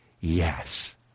Yes